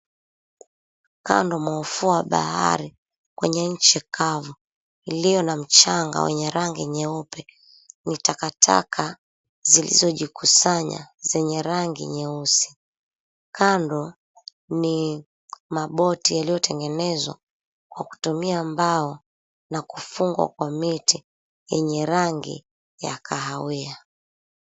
Kando mwa ufuo wa bahari kwenye Nchi kavu lililo na mchanga wenye rangi mweupe ni takataka zilizojikusanya zenye rangi nyeusi kando, ni maboti yaliyotengenezwa kwa kutumia mbao na kufungwa kwa miti yenye rangi ya kahawia.